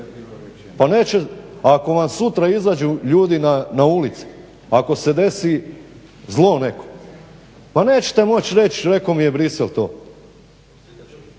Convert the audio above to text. Pa neće, ako vam sutra izađu ljudi na ulice, ako se desi zlo neko, pa nećete moći reći rekao mi je Bruxelles to.